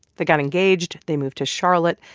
they got engaged. they moved to charlotte.